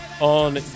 on